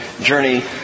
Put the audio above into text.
journey